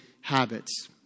habits